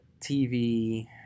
TV